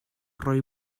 roi